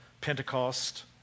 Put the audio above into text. Pentecost